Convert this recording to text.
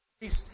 Please